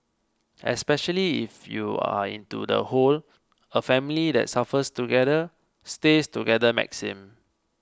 especially if you are into the whole a family that suffers together stays together maxim